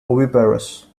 oviparous